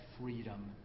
freedom